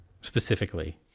specifically